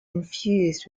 infused